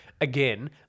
Again